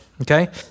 okay